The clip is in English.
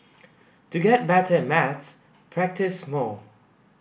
to get better at maths practise more